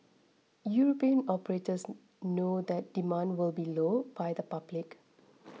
European operators know that demand will be low by the public